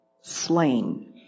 slain